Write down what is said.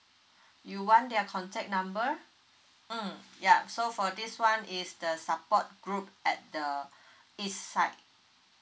you want their contact number mm ya so for this [one] is the support group at the east side